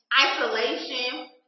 isolation